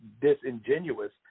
disingenuous